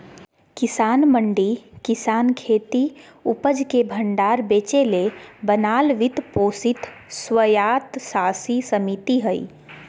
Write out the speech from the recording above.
किसान मंडी किसानखेती उपज के भण्डार बेचेले बनाल वित्त पोषित स्वयात्तशासी समिति हइ